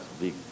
big